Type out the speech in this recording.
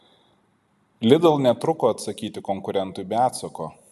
lidl netruko atsakyti konkurentui be atsako